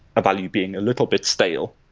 a value being a little bit stale,